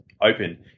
open